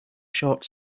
short